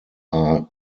are